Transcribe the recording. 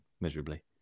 miserably